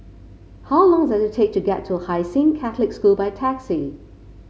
how long does it take to get to Hai Sing Catholic School by taxi